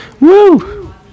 Woo